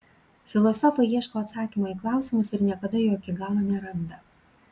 filosofai ieško atsakymo į klausimus ir niekada jo iki galo neranda